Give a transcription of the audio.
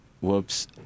Whoops